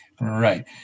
Right